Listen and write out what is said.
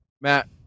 Matt